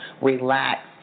relax